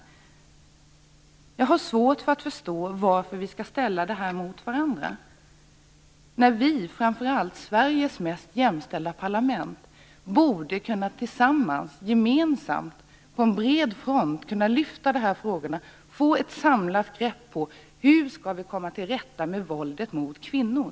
Jag har svårt att förstå varför vi skall ställa förslagen mot varandra, när vi, Sveriges mest jämställda parlament, gemensamt på bred front borde kunna lyfta fram frågorna och få ett samlat grepp på hur vi skall komma till rätta med våldet mot kvinnor.